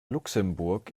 luxemburg